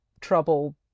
trouble